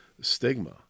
stigma